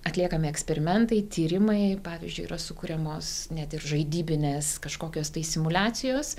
atliekami eksperimentai tyrimai pavyzdžiui yra sukuriamos net ir žaidybinės kažkokios tai simuliacijos